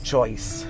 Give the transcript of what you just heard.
choice